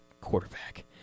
quarterback